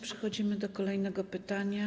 Przechodzimy do kolejnego pytania.